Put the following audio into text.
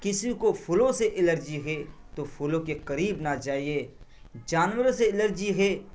کسی کو فلو سے الرجی ہے تو فلو کے قریب نہ جائیے جانوروں سے الرجی ہے